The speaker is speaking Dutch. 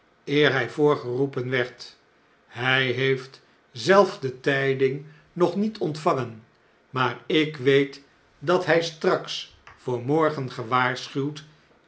eer hjj voorgeroepen werd hjj heeft zelf de tiding nog niet ontvangen maar ik weet dat hij straks voor morgen gewaarschuwd